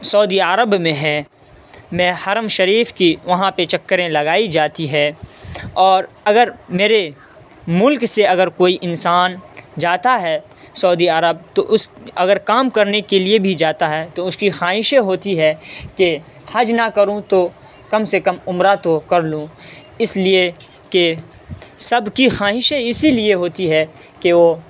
سعودیہ عرب میں ہے میں حرم شریف کی وہاں پہ چکریں لگائی جاتی ہے اور اگر میرے ملک سے اگر کوئی انسان جاتا ہے سعودیہ عرب تو اس اگر کام کرنے کے لیے بھی جاتا ہے تو اس کی خواہشیں ہوتی ہے کہ حج نہ کروں تو کم سے کم عمرہ تو کر لوں اس لیے کہ سب کی خواہشیں اسی لیے ہوتی ہے کہ وہ